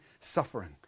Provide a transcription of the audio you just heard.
suffering